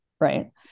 right